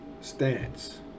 stance